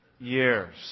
years